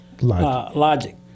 logic